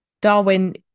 Darwin